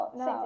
no